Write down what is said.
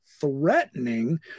threatening